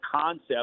concept